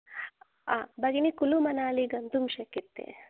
आ भगिनी कुलु मनाली गन्तुं शक्यते